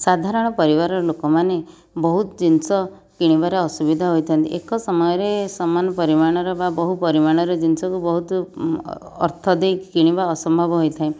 ସାଧାରଣ ପରିବାର ଲୋକମାନେ ବହୁତ ଜିନିଷ କିଣିବାରେ ଅସୁବିଧା ହୋଇଥାଆନ୍ତି ଏକ ସମୟରେ ସମାନ ପରିମାଣର ବା ବହୁପରିମାଣର ଜିନିଷକୁ ବହୁତ ଅର୍ଥ ଦେଇ କିଣିବା ଅସମ୍ଭବ ହୋଇଥାଏ